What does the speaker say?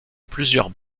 plusieurs